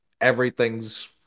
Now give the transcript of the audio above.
everything's